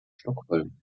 stockholm